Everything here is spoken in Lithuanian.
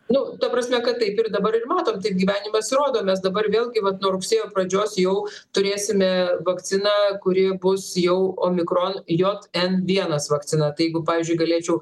nu ta prasme kad taip ir dabar ir matom tik gyvenimas rodo mes dabar vėlgi vat nuo rugsėjo pradžios jau turėsime vakciną kuri bus jau o mikron jot en vienas vakcina tai jeigu pavyzdžiui galėčiau